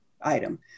item